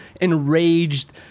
enraged